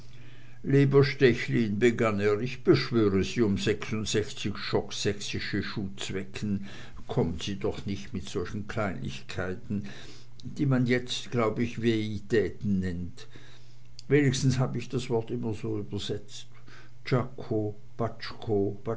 lieber stechlin begann er ich beschwöre sie um sechsundsechzig schock sächsische schuhzwecken kommen sie doch nicht mit solchen kleinigkeiten die man jetzt glaub ich velleitäten nennt wenigstens habe ich das wort immer so übersetzt